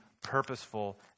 purposeful